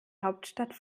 hauptstadt